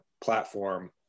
platform